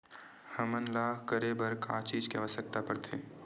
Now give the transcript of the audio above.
हमन ला करे बर का चीज के आवश्कता परथे?